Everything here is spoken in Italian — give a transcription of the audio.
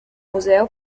museo